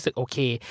okay